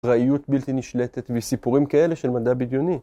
אקראיות בלתי נשלטת וסיפורים כאלה של מדע בדיוני.